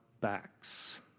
backs